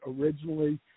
originally